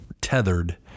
tethered